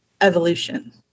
evolution